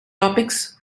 topics